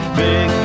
big